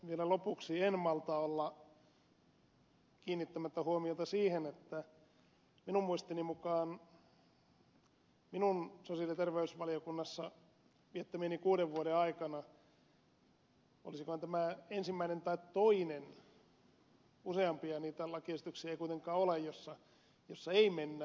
vielä lopuksi en malta olla kiinnittämättä huomiota siihen että minun muistini mukaan minun sosiaali ja terveysvaliokunnassa viettämieni kuuden vuoden aikana olisikohan tämä ensimmäinen tai toinen useampia niitä lakiesityksiä ei kuitenkaan ole jossa ei mennä niin sanotusti kirjan mukaan